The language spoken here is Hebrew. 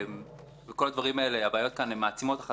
הבעיות האלה מעצימות אחת את השנייה,